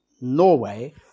Norway